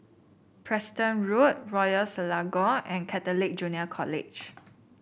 Preston Road Royal Selangor and Catholic Junior College